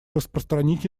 распространить